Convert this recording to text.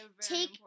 Take